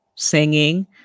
Singing